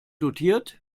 dotiert